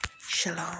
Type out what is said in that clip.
Shalom